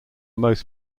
most